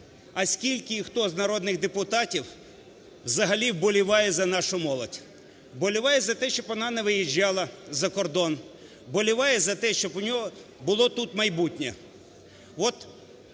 а скільки і хто з народних депутатів взагалі вболіває за нашу молодь, вболіває за те, щоб вона не виїжджала за кордон, вболіває за те, щоб у неї було тут майбутнє.